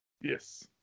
yes